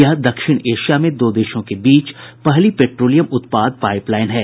यह दक्षिण एशिया में दो देशों के बीच पहली पेट्रोलियम उत्पाद पाइपलाइन है